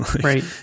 Right